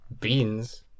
Beans